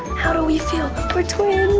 how do we feel? we're twins.